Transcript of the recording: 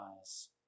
eyes